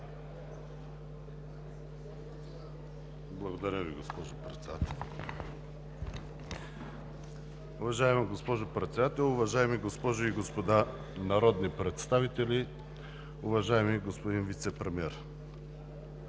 Уважаема госпожо Председател, уважаеми госпожи и господа народни представители, уважаеми господин Вицепремиер!